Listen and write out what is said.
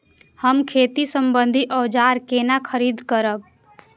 हम खेती सम्बन्धी औजार केना खरीद करब?